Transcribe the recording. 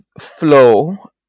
Flow